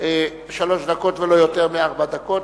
שלוש דקות ולא יותר מארבע דקות,